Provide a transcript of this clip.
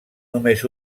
només